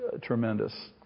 tremendous